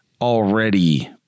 already